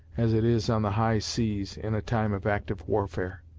as it is on the high seas, in a time of active warfare.